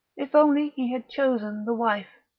if only he had chosen the wife,